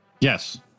Yes